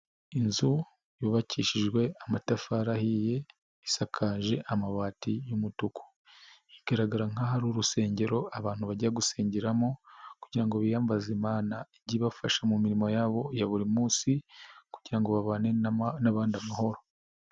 Inzu yubakishijwe amatafari ahiye, isakajwe amabati y'umutuku. Igaragara nkaho ari urusengero abantu bajya gusengeramo kugira ngo biyambaze Imana ijye ibafasha mu mirimo yabo ya buri munsi kugira ngo babane n'abandi amahoro.